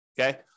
Okay